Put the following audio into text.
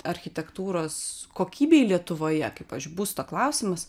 architektūros kokybei lietuvoje kaip pavyzdžiui būsto klausimas